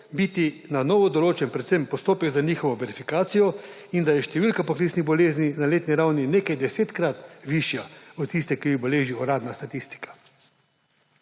biti na novo določen predvsem postopek za njihovo verifikacijo, in da je številka poklicnih bolezni na letni ravni nekaj desetkrat višja od tiste, ki jo beleži uradna statistika.